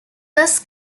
was